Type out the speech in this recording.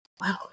Wow